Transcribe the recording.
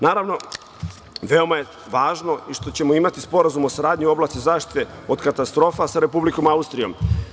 Naravno, veoma je važno i što ćemo imati Sporazum o saradnji u oblasti zaštite od katastrofa sa Republikom Austrijom.